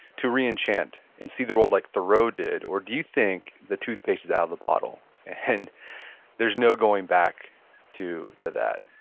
to re-enchant and see the world like thoreau did, or do you think the toothpaste is out of the bottle and there's no going back to to that?